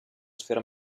sfera